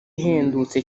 ihendutse